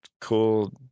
cool